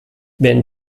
wenn